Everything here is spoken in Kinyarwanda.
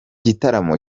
gitaramo